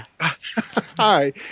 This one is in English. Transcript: Hi